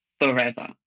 forever